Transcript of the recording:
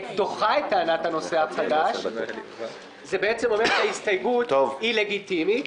דוחה את טענת הנושא החדש זה בעצם אומר שההסתייגות היא לגיטימית,